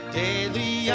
daily